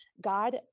God